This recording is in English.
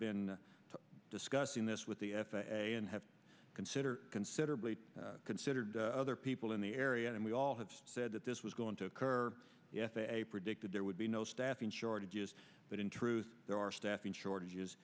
been discussing this with the f a a and have considered considerably considered other people in the area and we all have said that this was going to occur a predict that there would be no staffing shortages but in truth there are staffing shortages